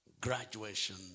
graduation